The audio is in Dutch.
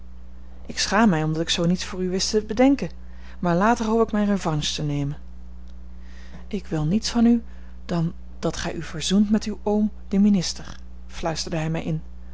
ik schaam mij omdat ik zoo niets voor u wist te bedenken maar later hoop ik mijne revanche te nemen ik wil niets van u dan dat gij u verzoent met uw oom den minister fluisterde hij mij in